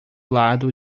lado